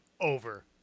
over